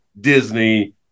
Disney